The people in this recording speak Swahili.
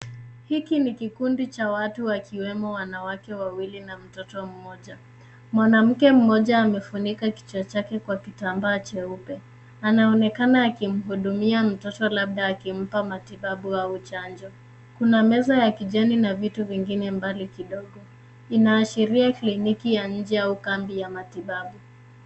Hiki ni kikundi cha watu wakiwemo wanawake wawili na mtoto mmoja. Mwanamke mmoja amefunika kichwa chake kwa kitambaa cheupe. Anaonekana akimhudumia mtoto labda akimpa matibabu au chanjo. Kuna meza ya kijani na vitu vingine mbali kidogo. Inaashiria kliniki ya nje au kambi ya matibabu.